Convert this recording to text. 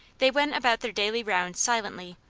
they went about their daily rounds silently,